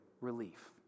relief